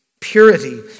purity